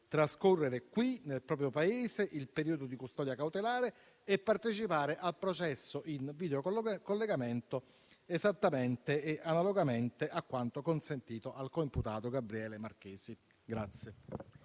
trascorrere nel proprio Paese il periodo di custodia cautelare e partecipare al processo in videocollegamento, analogamente a quanto consentito al coimputato Gabriele Marchesi.